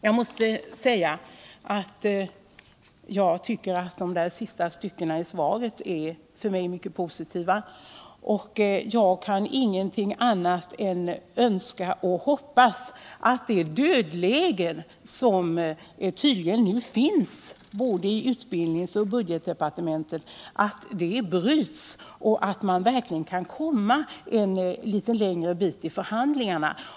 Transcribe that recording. Jag måste säga att de sista styckena i statsrådets svar är för mig mycket positiva, och jag kan ingenting annat än önska och hoppas att det dödläge, som tydligen råder inom både utbildningsdepartementet och budgetdepartementet, kan brytas och att man verkligen kan komma litet längre i förhandlingarna.